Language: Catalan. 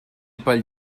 pel